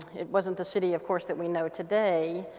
it wasn't the city of course that we know today.